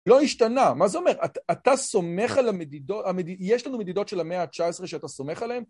לא השתנה, מה זה אומר? אתה סומך על המדידות, יש לנו מדידות של המאה ה-19 שאתה סומך עליהן?